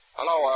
Hello